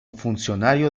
funcionario